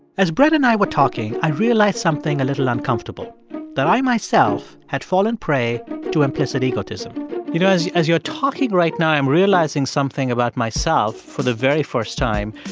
as brett and i were talking, i realized something a little uncomfortable that i myself had fallen prey to implicit egotism you know, as as you're talking right now, i am realizing something about myself for the very first time.